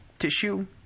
tissue